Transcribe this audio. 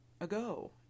ago